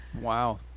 wow